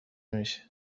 میشه